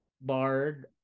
Bard